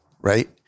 right